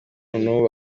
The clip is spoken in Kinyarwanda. nubu